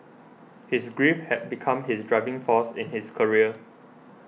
his grief had become his driving force in his career